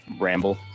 ramble